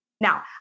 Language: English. Now